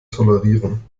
tolerieren